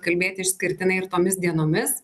kalbėti išskirtinai ir tomis dienomis